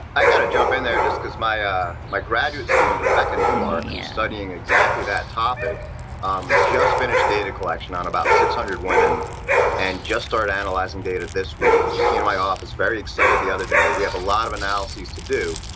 i got to jump in there just because my ah my graduate student, rebecca newmark, who is studying exactly that topic um just finished data collection on about six hundred women and just start analyzing data this week. and she came to my office very excited the other day. we have a lot of analysis to do,